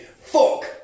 Fuck